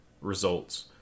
results